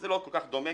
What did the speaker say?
זה לא כל כך דומה,